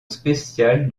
spécial